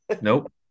Nope